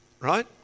Right